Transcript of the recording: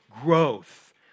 growth